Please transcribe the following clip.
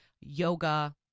yoga